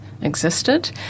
existed